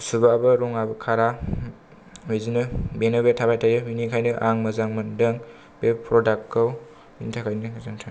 सुबाबो रङाबो खारा बिदिनो बेनोबे थाबाय थायो बेनिखायनो आं मोजां मोनदों बे प्रडाक्ट खौ बेनि थाखायनो गोजोन्थों